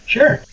Sure